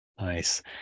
Nice